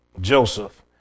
Joseph